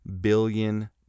billion